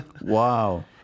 Wow